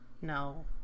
no